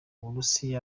burusiya